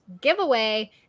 giveaway